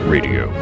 Radio